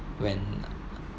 when